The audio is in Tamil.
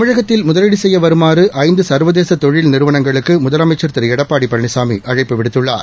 தமிழகத்தில் முதலீடு செய்ய வருமாறு ஐந்து சர்வதேச தொழில் நிறுவனங்களுக்கு முதலமைச்சர் திரு எடப்பாடி பழனிசாமி அழைப்பு விடுத்துள்ளார்